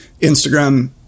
Instagram